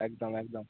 একদম একদম